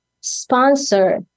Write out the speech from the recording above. sponsor